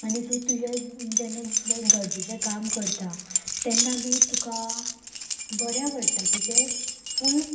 आनी तूं तुजें जेन्ना दुसरें गरजेचें काम करता तेन्ना बी तुका बरें पडटा तुजें फूल